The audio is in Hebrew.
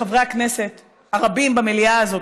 לחברי הכנסת הרבים במליאה הזאת,